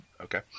okay